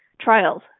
trials